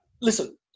Listen